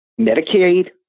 Medicaid